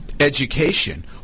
Education